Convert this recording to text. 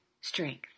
strength